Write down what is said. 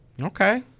Okay